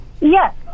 Yes